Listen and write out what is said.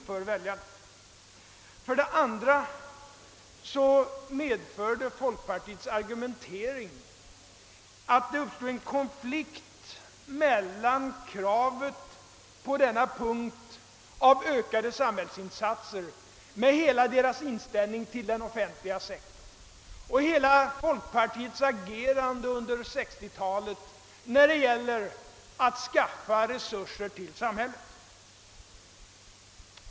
För det andra medförde folkpartiets argumentering att det uppstod en konflikt mellan kravet på ökade samhällsinsatser i angivet hänseende och partiets inställning till den offentliga sektorn över huvud taget och folkpartiets agerande under 1960-talet när det gällt att skaffa samhället resurser.